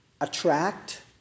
attract